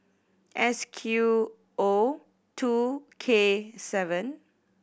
S Q O two K seven